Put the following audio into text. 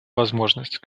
возможность